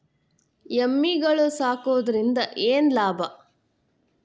ಎಮ್ಮಿಗಳು ಸಾಕುವುದರಿಂದ ಏನು ಲಾಭ?